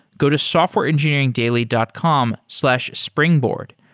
go to softwareengineeringdaily dot com slash springboard.